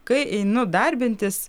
kai einu darbintis